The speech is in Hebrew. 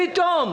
מה פתאום.